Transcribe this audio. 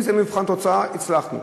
אם זה מבחן התוצאה, הצלחנו.